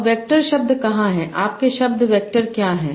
अब वैक्टर शब्द कहां हैं आपके शब्द वैक्टर क्या हैं